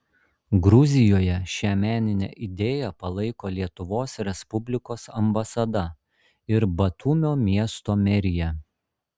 gruzijoje šią meninę idėją palaiko lietuvos respublikos ambasada ir batumio miesto merija